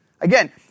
Again